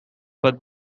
but